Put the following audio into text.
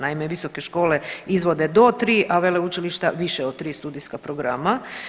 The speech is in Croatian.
Naime, visoke škole izvode do 3, a veleučilišta više od 3 studijska programa.